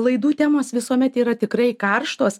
laidų temos visuomet yra tikrai karštos